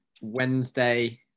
Wednesday